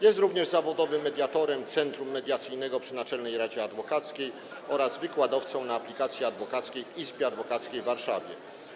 Jest również zawodowym mediatorem Centrum Mediacyjnego przy Naczelnej Radzie Adwokackiej oraz wykładowcą na aplikacji adwokackiej w Izbie Adwokackiej w Warszawie.